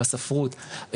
בספרות,